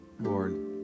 Lord